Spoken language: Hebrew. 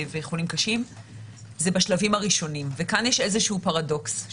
זה בשלבים הראשונים ויש פה פרדוקס.